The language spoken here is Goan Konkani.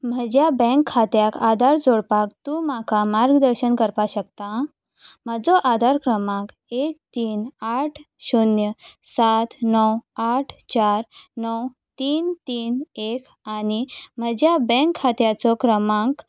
म्हज्या बँक खात्याक आधार जोडपाक तूं म्हाका मार्गदर्शन करपाक शकता म्हजो आधार क्रमांक एक तीन आठ शुन्य सात णव आठ चार णव तीन तीन एक आनी म्हज्या बँक खात्याचो क्रमांक